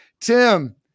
Tim